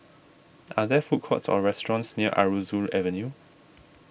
are there food courts or restaurants near Aroozoo Avenue